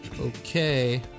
Okay